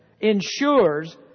ensures